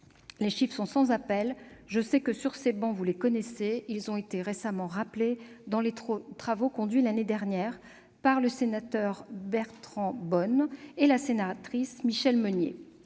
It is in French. Les chiffres sont sans appel, et je sais que sur ces travées vous les connaissez. Ils ont été récemment rappelés lors des travaux conduits l'année dernière par le sénateur Bernard Bonne et la sénatrice Michelle Meunier